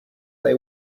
they